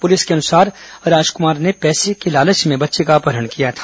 police के अनुसार राजकुमार ने पैसे के लालच में बच्चे का अपहरण किया था